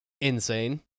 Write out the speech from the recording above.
insane